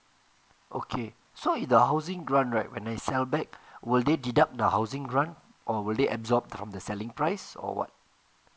okay so is the housing grant right when I sell back would they deduct the housing grant or will they absorb from the selling price or what